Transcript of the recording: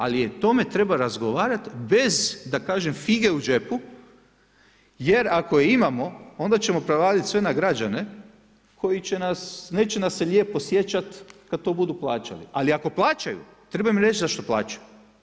Ali o tome treba razgovarati bez da kažem fige u džepu jer ako je imamo, onda ćemo prevaliti sve na građane koji neće nas se lijepi sjećati kad to budu plaćali, ali ako plaćaju, treba im reći zašto plaćaju.